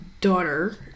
daughter